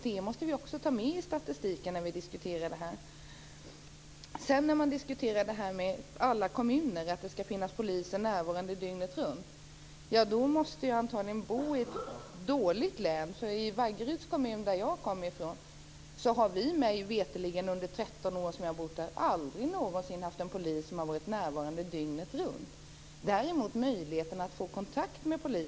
Det måste vi också ta med i statistiken när vi diskuterar detta. Sedan diskuterade vi detta med att det ska finnas poliser närvarande i alla kommuner dygnet runt. Jag måste antagligen bo i ett dåligt län. I Vaggeryds kommun, som jag kommer ifrån, har vi mig veterligen under de 13 år som jag har bott där aldrig någonsin haft en polis som har varit närvarande dygnet runt. Däremot har vi möjlighet att få kontakt med polisen.